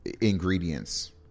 ingredients